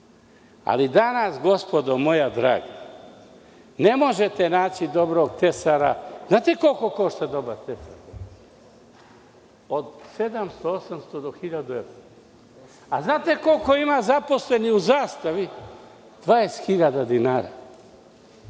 ali danas gospodo moja draga ne možete naći dobro tesara. Znate li koliko košta dobar tesar, od 700, 800 do 1000 evra. Znate li koliko ima zaposleni u „Zastavi“, 20.000 dinara.